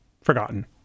forgotten